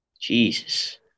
Jesus